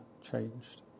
changed